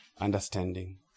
understanding